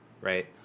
right